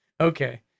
Okay